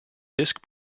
disc